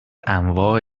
انواع